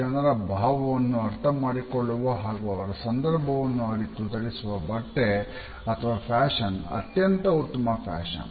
ಜನರ ಭಾವವನ್ನು ಅರ್ಥ ಮಾಡಿಕೊಳ್ಳುವ ಹಾಗು ಅವರ ಸಂದರ್ಭವನ್ನು ಅರಿತು ಧರಿಸುವ ಬಟ್ಟೆ ಅಥವಾ ಫ್ಯಾಷನ್ ಅತ್ಯಂತ ಉತ್ತಮ ಫ್ಯಾಷನ್